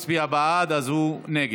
בטעות הצביע בעד, אז הוא נגד.